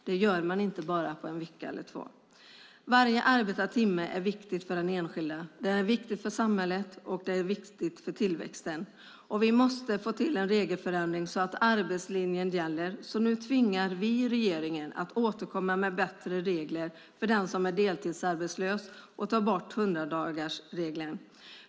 Det gör man inte på en vecka eller två. Varje arbetad timme är viktig för den enskilde, för samhället och för tillväxten. Vi måste få till en regelförändring så att arbetslinjen gäller. Nu tvingar vi regeringen att återkomma med bättre regler för den som är deltidsarbetslös och ta bort 100-dagarsregeln.